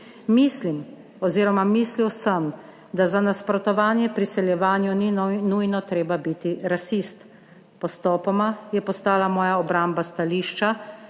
»Mislim oziroma mislil sem, da za nasprotovanje priseljevanju ni nujno treba biti rasist. Postopoma je postala moja obramba stališča,